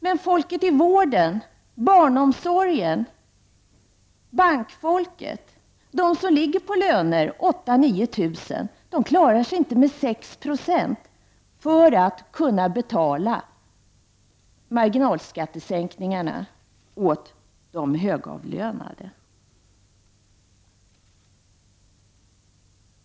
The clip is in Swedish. Men folket inom vården, inom barnomsorgen och bankfolket — de som har löner på 8 000—9 000 kr. — klarar sig inte med 6 20 löneökningar för att kunna betala marginalskattesänkningarna för de högavlönade.